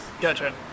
Gotcha